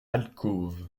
alcôve